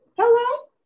hello